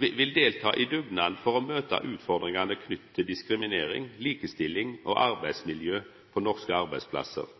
vil delta i dugnaden for å møta utfordringane knytte til diskriminering, likestilling og arbeidsmiljø på norske arbeidsplassar.